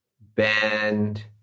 bend